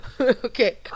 okay